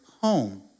home